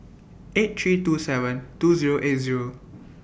eight three two seven two Zero eight Zero